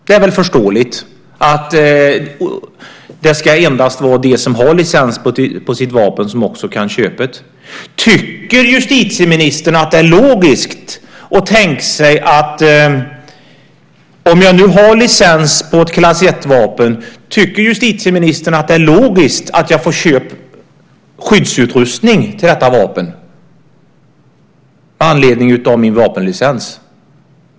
Det är väl förståeligt att det endast är de som har licens på sitt vapen som kan köpa detta. Om jag har licens på ett klass 1-vapen, tycker justitieministern då att det är logiskt att jag får köpa skyddsutrustning till detta vapen?